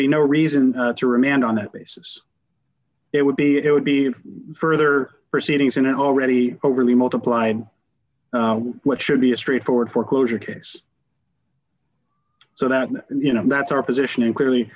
be no reason to remand on that basis it would be it would be further proceedings in an already overly multiply what should be a straightforward foreclosure case so that you know that's our position and clearly